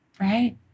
Right